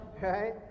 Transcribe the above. right